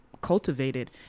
cultivated